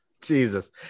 jesus